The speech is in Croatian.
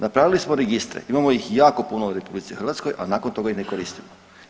Napravili smo registre, imamo ih jako puno u RH, a nakon toga ih ne koristimo.